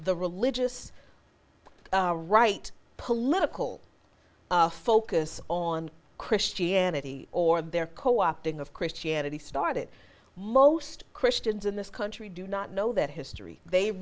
the religious right political focus on christianity or their co opting of christianity started most christians in this country do not know that history they